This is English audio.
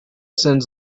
sends